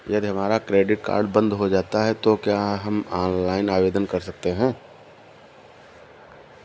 यदि हमारा credit card बंद हो जाता है तो क्या हम ऑनलाइन आवेदन कर सकते हैं?